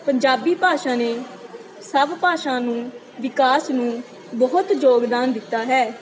ਪੰਜਾਬੀ ਭਾਸ਼ਾ ਨੇ ਸਭ ਭਾਸ਼ਾ ਨੂੰ ਵਿਕਾਸ ਨੂੰ ਬਹੁਤ ਯੋਗਦਾਨ ਦਿੱਤਾ ਹੈ